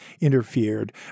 interfered